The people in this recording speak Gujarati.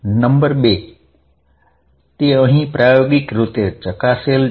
નંબર બે તે અહીં પ્રાયોગિક રૂપે ચકાસાયેલ છે